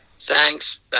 thanks